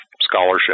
scholarship